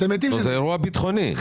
זה אירוע ביטחוני.